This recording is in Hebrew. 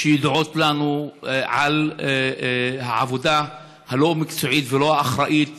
שידועות לנו על העבודה הלא-מקצועית והלא-אחראית